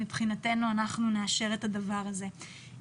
מבחינתנו אנחנו נאשר את הדבר הזה.